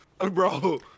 bro